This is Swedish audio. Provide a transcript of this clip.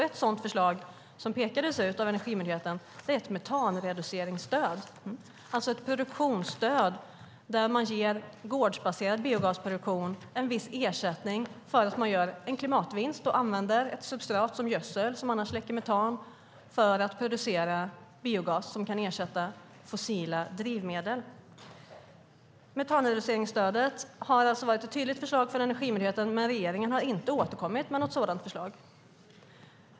Ett förslag som pekades ut av Energimyndigheten är metanreduceringsstöd, alltså ett produktionsstöd där gårdsbaserad biogasproduktion får en viss ersättning för att man gör en klimatvinst och använder ett substrat som gödsel som annars släcker metan för att producera biogas som kan ersätta fossila drivmedel. Metanreduceringsstödet har varit ett tydligt förslag fån Energimyndigheten, men regeringen har inte återkommit med ett sådant förslag.